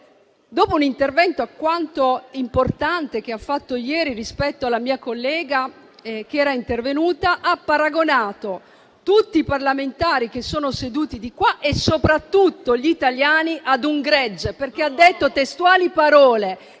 dopo un intervento alquanto importante che ha fatto ieri rispetto alla mia collega che era intervenuta, ha paragonato tutti i parlamentari che sono seduti da questa parte dell'Aula e soprattutto gli italiani ad un gregge, perché ha detto testualmente